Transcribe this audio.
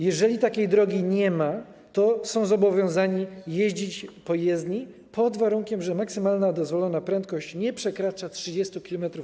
Jeżeli takiej drogi nie ma, są zobowiązani jeździć po jezdni pod warunkiem, że maksymalna dozwolona prędkość nie przekracza 30 km/h.